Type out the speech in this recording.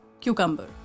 cucumber